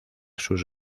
sus